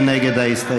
מי נגד ההסתייגות?